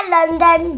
London